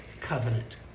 Covenant